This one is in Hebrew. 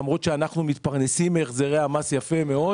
למרות שאנחנו מתפרנסים מהחזרי המס יפה מאוד